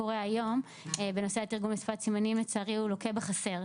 אני רוצה לבקש משהו בנוגע לסעיף הזה.